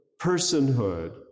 personhood